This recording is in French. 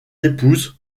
épouse